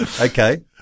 okay